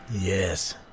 Yes